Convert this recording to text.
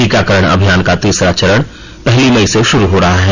टीकाकरण अभियान का तीसरा चरण पहली मई से शुरू हो रहा है